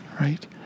right